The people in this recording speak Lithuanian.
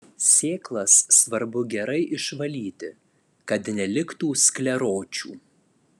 sėklas svarbu gerai išvalyti kad neliktų skleročių